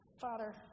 Father